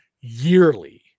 yearly